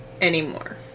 anymore